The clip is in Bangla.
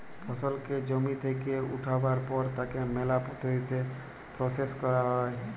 ফসলকে জমি থেক্যে উঠাবার পর তাকে ম্যালা পদ্ধতিতে প্রসেস ক্যরা হ্যয়